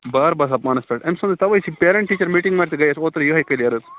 بار باسان پانَس پیٚٹھ أمۍ سُنٛد تَوَے چھِ پیریٚنٛٹ ٹیٖچر میٖٹِنٛگ منٛز تہِ گٔیے اوترٕ یِہےَ کِلیٚر حظ